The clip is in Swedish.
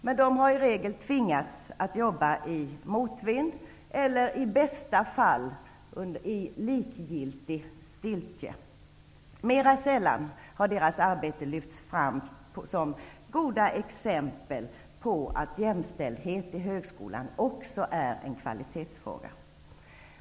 Men de har i regel tvingats att jobba i motvind eller, i bästa fall, i likgiltig stiltje. Mera sällan har deras arbete lyfts fram som goda exempel på att jämställdheten i högskolan också är en kvalitetsfråga.